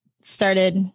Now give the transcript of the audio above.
started